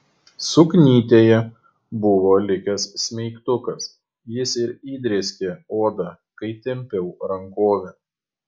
suknytėje buvo likęs smeigtukas jis ir įdrėskė odą kai tempiau rankovę